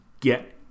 get